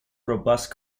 robust